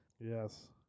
Yes